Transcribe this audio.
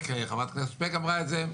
חברת הכנסת שפק, גם